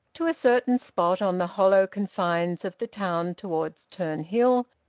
to a certain spot on the hollow confines of the town towards turnhill,